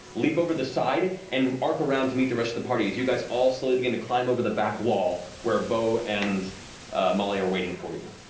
leap over the side and arc around to meet the rest of the party, as you all slowly begin to climb over the back wall, where beau and molly are waiting for you.